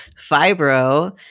fibro